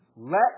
Let